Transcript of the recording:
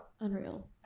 Unreal